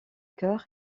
cœur